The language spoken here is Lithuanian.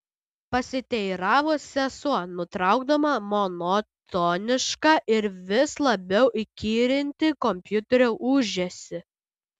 pasiteiravo sesuo nutraukdama monotonišką ir vis labiau įkyrintį kompiuterio ūžesį